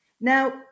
Now